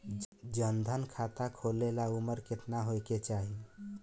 जन धन खाता खोले ला उमर केतना होए के चाही?